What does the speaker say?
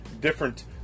different